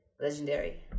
Legendary